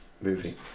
movie